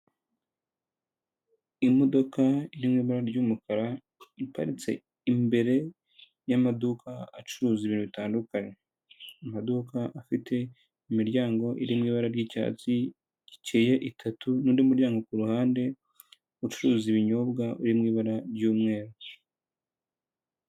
Imodoka iririmo ibara ryuumukara iparitse imbere ymaduka acuruza ibintu bitandukanye amaduka afite imiryango iririmo ibara ry'icyatsi rikeye itatu n'ndi muryango kuruhande ucuruza ibinyobwa uri mu ibara byu'mweru.